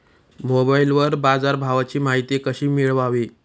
मोबाइलवर बाजारभावाची माहिती कशी मिळवावी?